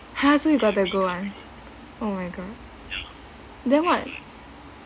ha so you got the gold one oh my god then what